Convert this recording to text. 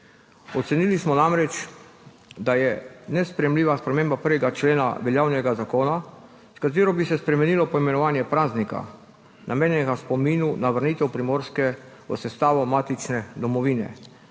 Ocenili smo namreč, da je nesprejemljiva sprememba 1. člena veljavnega zakona, s katero bi se spremenilo poimenovanje praznika, namenjenega spominu na vrnitev Primorske v sestavo matične domovine,